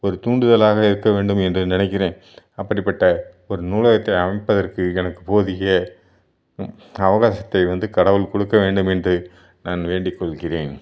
ஒரு தூண்டுதலாக இருக்கவேண்டும் என்று நினைக்கிறேன் அப்படிப்பட்ட ஒரு நூலகத்தை அமைப்பதற்கு எனக்கு போதிய அவகாசத்தை வந்து கடவுள் கொடுக்க வேண்டும் என்று நான் வேண்டிக்கொள்கிறேன்